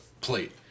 plate